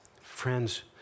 Friends